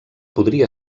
podria